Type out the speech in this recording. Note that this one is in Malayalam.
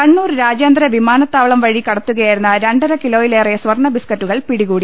കണ്ണൂർ രാജ്യാന്തര വിമാനത്താവളം വഴി കടത്തുക യായിരുന്ന രണ്ടര കിലോയിലേറെ സ്വർണ്ണ ബിസ്കറ്റുകൾ പിടികൂടി